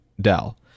Dell